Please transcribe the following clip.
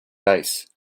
bass